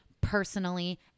personally